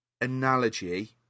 analogy